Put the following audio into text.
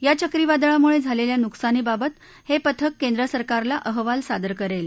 या चक्रीवादळामुळे झालेल्या नुकसानीबाबत हे पथक केंद्र सरकारला अहवाल सादर करेल